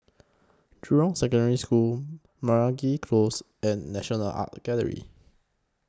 Jurong Secondary School Meragi Close and National Art Gallery